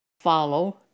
follow